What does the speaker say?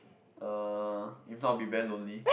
uh if not I will be very lonely